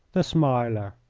the smiler